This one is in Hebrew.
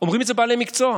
אומרים את זה בעלי מקצוע.